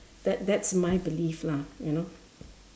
that that's my belief lah you know